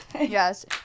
yes